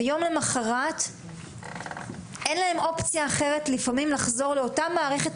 ולפעמים אין להם אופציה לחזור לאותה מערכת,